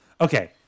Okay